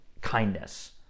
kindness